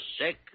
sick